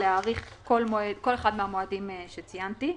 להאריך כל אחד מהמועדים שציינתי.